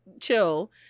chill